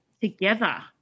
together